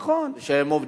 נכון.